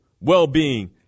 well-being